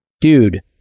dude